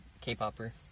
K-popper